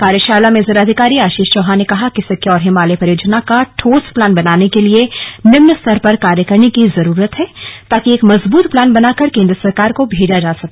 कार्यशाला में जिलाधिकारी आशीष चौहान ने कहा कि सिक्योर हिमालय परियोजना का ठोस प्लान बनाने के लिए निम्न स्तर पर कार्य करने की जरूरत हैं ताकि एक मजब्रत प्लान बनाकर केंद्र सरकार को भेजा जा सके